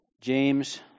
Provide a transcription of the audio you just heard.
James